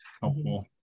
helpful